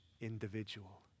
individual